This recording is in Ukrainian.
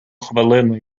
хвилину